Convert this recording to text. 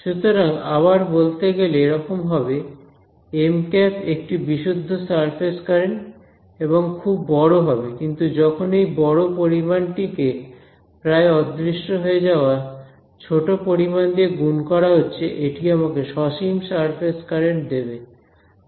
সুতরাং আবার বলতে গেলে এরকম হবে Mˆএকটি বিশুদ্ধ সারফেস কারেন্ট এবং খুব বড় হবে কিন্তু যখন এই বড় পরিমাণ টিকে প্রায় অদৃশ্য হয়ে যাওয়া ছোট পরিমাণ দিয়ে গুণ করা হচ্ছে এটি আমাকে সসীম সারফেস কারেন্ট দেবে